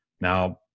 Now